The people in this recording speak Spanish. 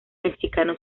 mexicano